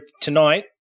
tonight